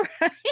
right